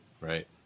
Right